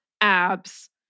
abs